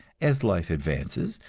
as life advances,